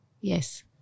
Yes